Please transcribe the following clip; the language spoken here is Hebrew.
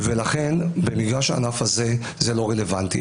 ולכן, במגרש הענף הזה זה לא רלוונטי.